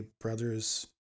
brother's